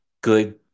good